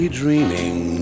dreaming